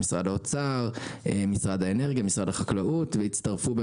במשרד האוצר; משרד האנרגיה; משרד החקלאות; והצטרפו,